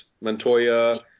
Montoya